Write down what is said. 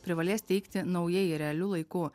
privalės teikti naujai realiu laiku